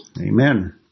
Amen